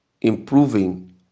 improving